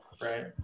Right